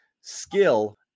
skill